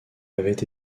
avaient